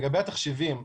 לגבי התחשיבים,